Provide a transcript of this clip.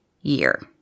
year